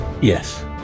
Yes